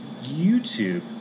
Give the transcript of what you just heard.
YouTube